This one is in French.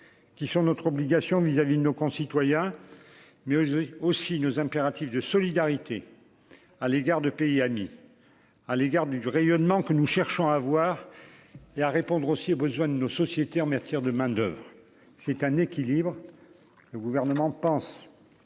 qui sont notre obligation vis à vis de nos concitoyens mais aussi nos impératifs de solidarité à l'égard de pays amis à l'égard du rayonnement que nous cherchons à voir et à répondre aussi aux besoins de nos sociétés en matière de main-d'oeuvre, c'est un équilibre le gouvernement pense